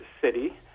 city